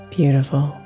Beautiful